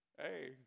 Hey